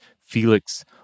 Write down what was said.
Felix